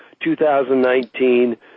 2019